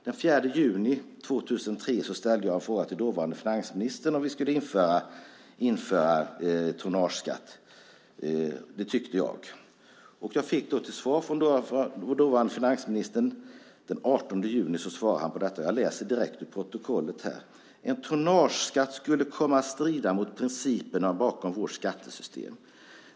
Den 4 juni 2003 ställde jag en fråga till dåvarande finansministern om att införa tonnageskatt. Jag fick den 18 juni följande svar från den dåvarande finansministern: En tonnageskatt skulle komma att strida mot principerna bakom vårt skattesystem.